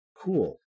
Cool